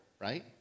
right